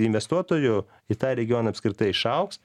investuotojų į tą regioną apskritai išaugs